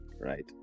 right